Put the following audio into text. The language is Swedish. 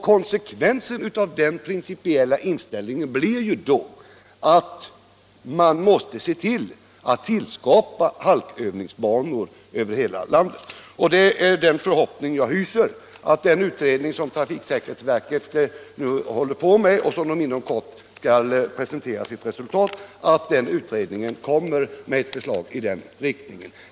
Konsekvensen av den principiella inställningen blir att man måste se till att halkövningsbanor tillskapas över hela landet. Jag hyser därför den förhoppningen att den nämnda arbetsgruppen inom trafiksäkerhets verket inom kort skall presentera resultatet av sitt arbete och lägga fram Nr 32 förslag i den riktningen.